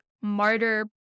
martyr